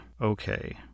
okay